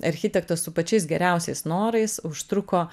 architektas su pačiais geriausiais norais užtruko